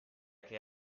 che